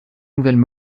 nouvelles